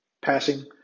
passing